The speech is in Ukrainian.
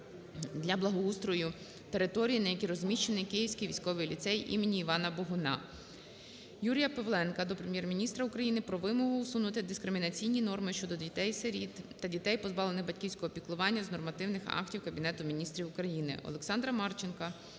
для благоустрою території, на якій розміщено Київський військовий ліцей імені Івана Богуна. Юрія Павленка до Прем'єр-міністра України про вимогу усунути дискримінаційні норми щодо дітей-сиріт та дітей, позбавлених батьківського піклування з нормативних актів Кабінету Міністрів України. Олександра Марченка